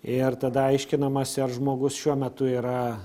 ir tada aiškinamasi ar žmogus šiuo metu yra